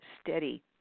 steady